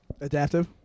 Adaptive